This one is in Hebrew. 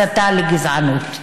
הסתה לגזענות.